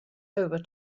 over